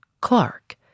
Clark